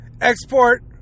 export